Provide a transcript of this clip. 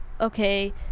okay